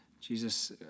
Jesus